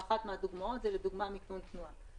אחת הדוגמאות זה מיתון תנועה.